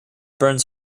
burns